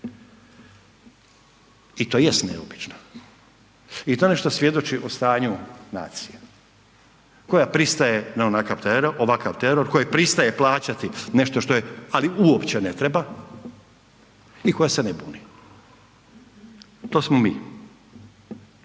I to jest neobično i to nešto svjedoči o stanju nacije koja pristaje na ovakav teror, koji pristaje plaćati nešto što joj ali uopće ne treba i koja se ne buni, to smo mi.